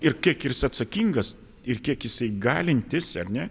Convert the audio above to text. ir kiek jis ir atsakingas ir kiek jisai galintis ar ne